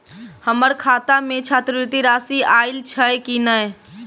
हम्मर खाता मे छात्रवृति राशि आइल छैय की नै?